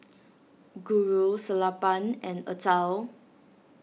Guru Sellapan and Atal